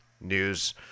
news